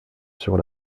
sur